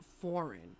foreign